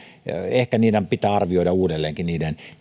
kitualiaiden alueiden asioita arvioida uudelleen